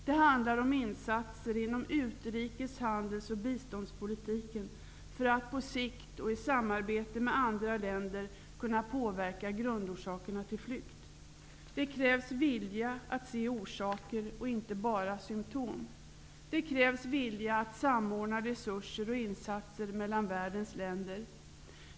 Det handlar om insatser inom utrikes , handels och biståndspolitiken för att på sikt och i samarbete med andra länder kunna påverka grundorsakerna till flykt. Det krävs en vilja att se orsaker. Det går inte att bara se symtom. Det krävs en vilja att samordna resurser och insatser mellan världens länder.